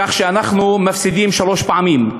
כך שאנחנו מפסידים שלוש פעמים: